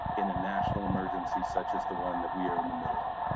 in a national emergency such as the one that we are in the middle of.